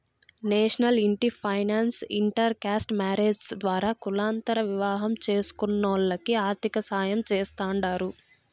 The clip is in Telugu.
నేషనల్ ఇంటి ఫైనాన్స్ ఇంటర్ కాస్ట్ మారేజ్స్ ద్వారా కులాంతర వివాహం చేస్కునోల్లకి ఆర్థికసాయం చేస్తాండారు